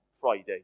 Friday